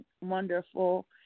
wonderful